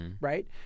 right